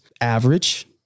average